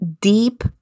Deep